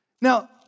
Now